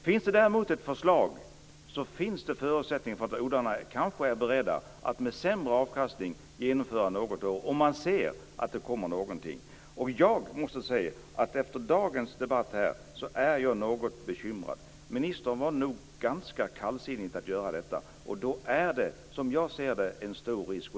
Om det däremot finns ett förslag när det gäller det här finns det förutsättningar för att odlarna kan vara beredda att med sämre avkastning genomföra något. Efter dagens debatt är jag lite bekymrad. Ministern är nog ganska kallsinnig till det här. Då finns det, som jag ser det, en stor risk.